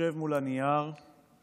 יושב מול הנייר /